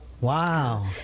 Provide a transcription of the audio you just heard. wow